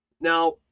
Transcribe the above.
now